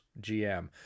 GM